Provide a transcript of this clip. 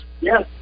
yes